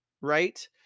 right